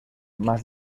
más